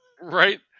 Right